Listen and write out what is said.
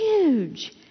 huge